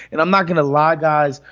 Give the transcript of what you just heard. and i'm not going to lie, guys.